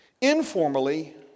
informally